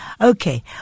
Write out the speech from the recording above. Okay